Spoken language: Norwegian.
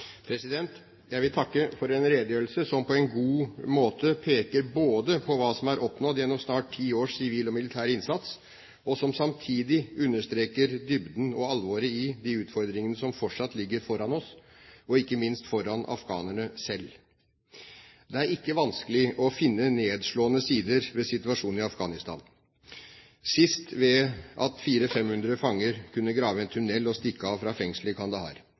Jeg vil takke for en redegjørelse som på en god måte peker både på hva som er oppnådd gjennom snart ti års sivil og militær innsats, og som samtidig understreker dybden og alvoret i de utfordringene som fortsatt ligger foran oss og ikke minst foran afghanerne selv. Det er ikke vanskelig å finne nedslående sider ved situasjonen i Afghanistan – sist ved at 400–500 fanger kunne grave en tunnel og stikke av fra fengselet